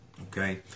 Okay